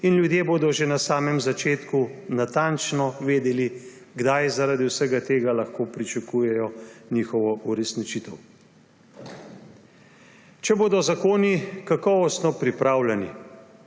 in ljudje bodo že na samem začetku natančno vedeli, kdaj zaradi vsega tega lahko pričakujejo njihovo uresničitev. Če bodo zakoni kakovostno pripravljeni